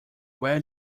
where